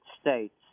states